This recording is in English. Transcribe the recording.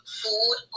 food